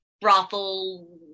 brothel